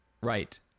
right